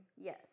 Yes